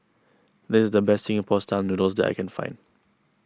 this is the best Singapore Style Noodles that I can find